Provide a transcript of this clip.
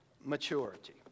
maturity